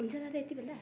हुन्छ दादा यत्ति भन्दा